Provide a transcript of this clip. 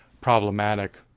problematic